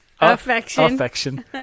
affection